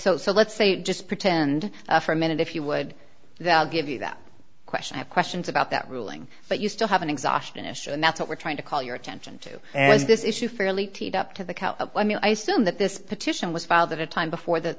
so so let's say just pretend for a minute if you would they'll give you that question have questions about that ruling but you still have an exhaustion issue and that's what we're trying to call your attention to as this issue fairly teed up to the i mean i assume that this petition was filed at a time before the